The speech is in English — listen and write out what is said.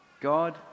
God